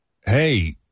hey